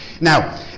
Now